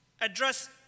address